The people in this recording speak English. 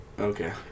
Okay